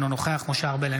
אינו נוכח משה ארבל,